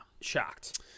Shocked